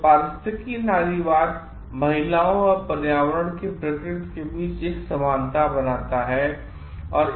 तो पारिस्थिकी नारीवाद महिलाओं और पर्यावरण की प्रकृति के बीच एक समानता बनाता है